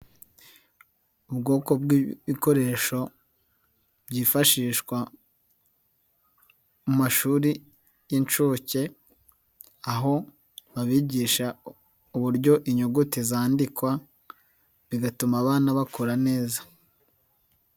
Ubwoko bw'ibikoresho, byifashishwa, mu mashuri y inshuke. Aho babigisha uburyo inyuguti zandikwa, bigatuma abana bakura neza.